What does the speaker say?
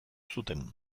zuten